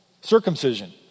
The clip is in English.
circumcision